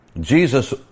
Jesus